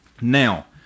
Now